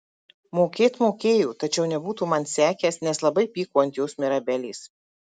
mokėt mokėjo tačiau nebūtų man sekęs nes labai pyko ant jos mirabelės